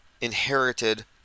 inherited